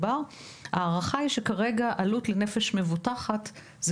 ההערכה היא שכרגע העלות לנפש מבוטחת היא